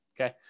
Okay